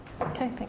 Okay